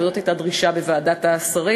אבל זאת הייתה הדרישה בוועדת השרים,